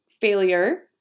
failure